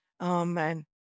Amen